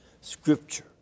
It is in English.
Scripture